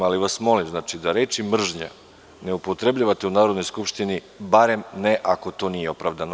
Ali vas molim, da reči mržnja ne upotrebljavate u Narodnoj skupštini, barem ne ako to nije opravdano.